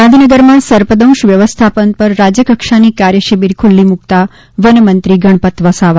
ગાંધીનગરમાં સર્પદંશ વ્યવસ્થાપન પર રાજયકક્ષાની કાર્યશિબિર ખૂલ્લી મ્કતાં વનમંત્રી ગણપત વસાવા